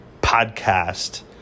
podcast